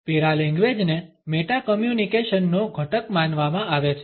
પેરાલેંગ્વેજને meta communication નો ઘટક માનવામાં આવે છે